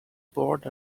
bored